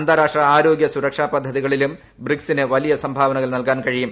അന്താരാഷ്ട്ര ആരോഗ്യ സുരക്ഷാ പദ്ധതികളിലും ബ്രിക്സിന് വലിയ സംഭാവനകൾ നൽകാൻ കഴിയും